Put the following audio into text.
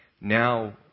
now